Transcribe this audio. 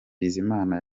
bizimana